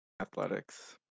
Athletics